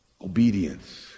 Obedience